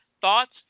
Thoughts